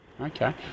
Okay